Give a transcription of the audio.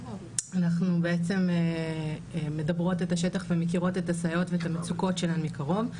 אנחנו בעצם מדברות את השטח ומכירות את הסייעות ואת המצוקות שלהן מקרוב.